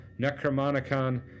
necromonicon